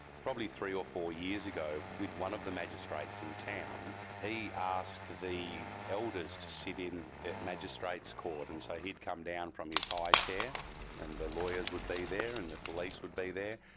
probably three or four years ago with one of the magistrates in town he asked the elders to sit in at the magistrates court, and so he'd come down from his high chair and the lawyers would be there and the police would be there,